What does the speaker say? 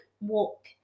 walk